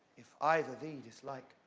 if either thee dislike.